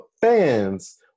fans